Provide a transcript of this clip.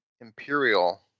Imperial